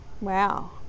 Wow